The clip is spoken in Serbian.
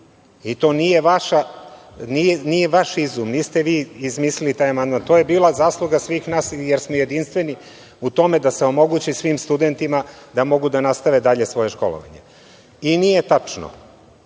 To nije vaš izum, niste vi izmislili taj amandman. To je bila zasluga svih nas, jer smo jedinstveni u tome da se omogući svim studentima da mogu da nastave dalje svoje školovanje. Nije tačno